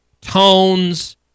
tones